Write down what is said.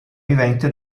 vivente